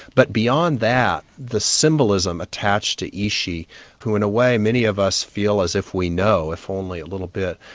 but beyond that the symbolism attached to ishi who in a way many of us feel as if we know, if only a little bit,